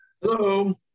Hello